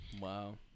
Wow